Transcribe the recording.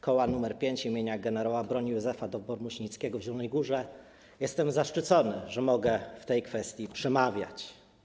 Koła nr 5 im. gen. broni Józefa Dowbor-Muśnickiego w Zielonej Górze jestem zaszczycony, że mogę w tej kwestii przemawiać.